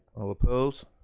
all opposed?